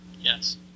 Yes